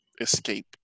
escape